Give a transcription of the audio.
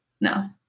No